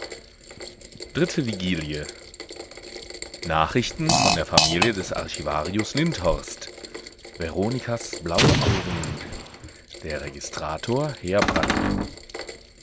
dritte vigilie nachrichten von der familie des archivarius lindhorst veronikas blaue augen der registrator